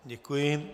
Děkuji.